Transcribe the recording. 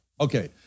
Okay